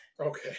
Okay